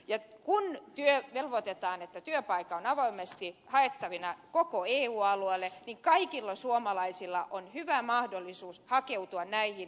ja kun velvoitetaan että työpaikka on avoimesti haettavana koko eu alueella kaikilla suomalaisilla on hyvä mahdollisuus hakeutua näihin avoimiin työpaikkoihin